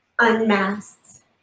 unmasked